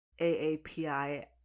AAPI